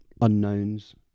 unknowns